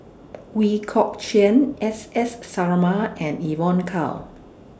Ooi Kok Chuen S S Sarma and Evon Kow